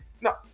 No